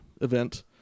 event